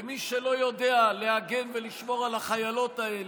ומי שלא יודע להגן ולשמור על החיילות האלה,